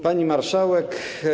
Pani Marszałek!